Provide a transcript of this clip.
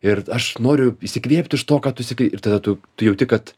ir aš noriu įsikvėpt iš to ką tu sakai ir tada tu tu jauti kad